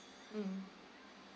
mm